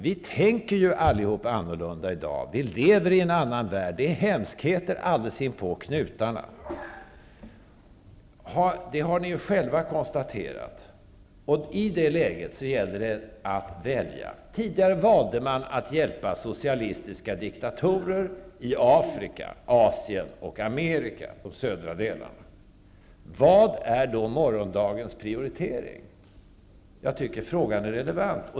Vi tänker ju allihop annorlunda i dag. Vi lever i en annan värld. Det är hemskheter alldeles inpå knutarna. Det har ni ju själva konstaterat. I det läget gäller det att välja. Tidigare valde man att hjälpa socialistiska diktatorer i Afrika, Asien och södra Amerika. Vad är då morgondagens prioritering? Jag tycker att frågan är relevant.